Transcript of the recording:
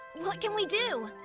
what can we do?